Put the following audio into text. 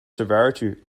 severity